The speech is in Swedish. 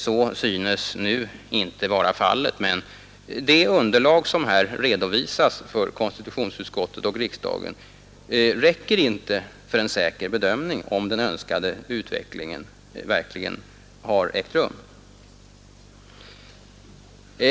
Så synes nu inte vara fallet, men det underlag som redovisas för konstitutionsutskottet och riksdagen räcker inte för en säker bedömning om den önskade utvecklingen verkligen har ägt rum.